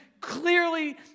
clearly